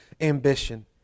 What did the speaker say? ambition